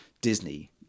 Disney